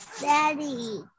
Daddy